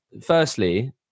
firstly